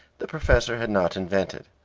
the professor had not invented,